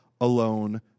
alone